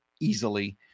easily